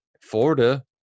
Florida